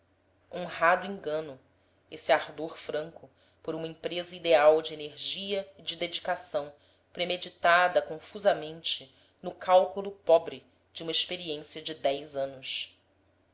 honrado engano esse ardor franco por uma empresa ideal de energia e de dedicação premeditada confusamente no calculo pobre de uma experiência de dez anos